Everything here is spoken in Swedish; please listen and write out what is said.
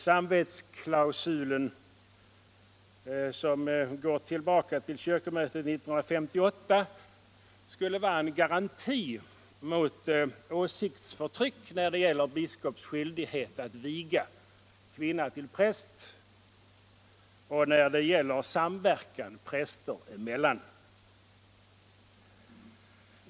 Samvetsklausulen, som går tillbaka till kyrkomötet 1958, skulle vara en garanti mot åsiktsförtryck när det gäller biskops skyldighet att viga kvinna till präst och när det gäller samverkan präster emellan.